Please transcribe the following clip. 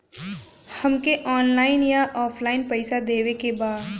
हमके ऑनलाइन या ऑफलाइन पैसा देवे के बा?